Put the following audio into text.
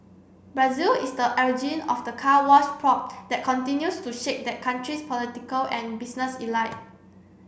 Brazil is the origin of the Car Wash probe that continues to shake that country's political and business